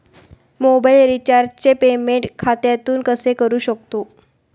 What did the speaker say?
Mobile रिचार्जचे payment खात्यातून कसे करू शकतो?